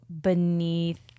beneath